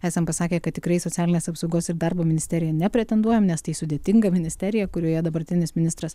nes jam pasakė kad tikrai į socialinės apsaugos ir darbo ministeriją nepretenduojam nes tai sudėtinga ministerija kurioje dabartinis ministras